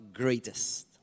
greatest